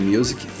Music